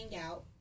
out